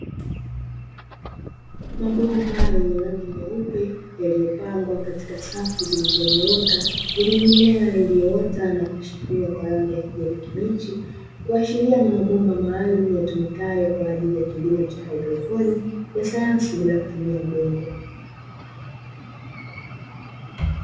Mabomba yenye rangi nyeupe yaliyopangwa katika safu zilizonyooka zenye mimea iliyoota na kuchipua kwa rangi ya kijani kibichi, kuashiria ni mabomba maalumu yatumikayo kwa ajili ya kilimo cha haidroponi ya sayansi bila kutumia udongo.